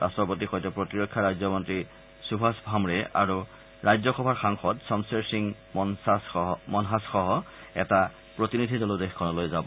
ৰাট্টপতিৰ সৈতে প্ৰতিৰক্ষা ৰাজ্যমন্ত্ৰী সুভাষ ভামে আৰু ৰাজ্যসভাৰ সাংসদ ছমশেৰ সিং মনহাছসহ এটা প্ৰতিনিধি দলো দেশখনলৈ যাব